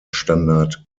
standard